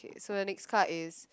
so the next card is